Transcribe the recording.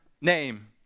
name